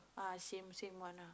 ah same same one ah